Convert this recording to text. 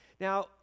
Now